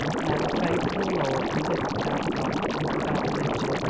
neither faith, nor law, and lived without god, and without religion,